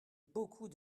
beaucoup